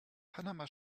panama